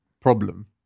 problem